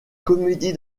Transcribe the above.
comédie